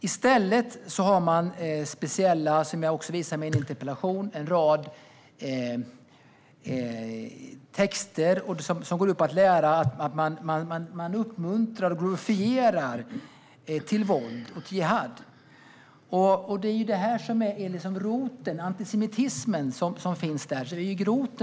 I stället har man en rad texter som uppmuntrar och glorifierar våld och jihad. Detta är roten till den antisemitism som finns där.